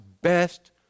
best